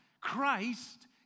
Christ